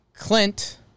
Clint